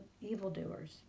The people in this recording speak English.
evildoers